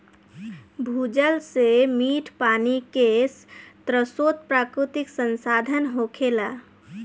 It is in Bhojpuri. भूजल से मीठ पानी के स्रोत प्राकृतिक संसाधन होखेला